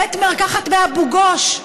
בית מרקחת באבו גוש.